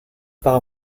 par